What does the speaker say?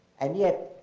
and yet,